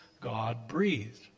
God-breathed